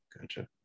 gotcha